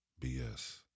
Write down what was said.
bs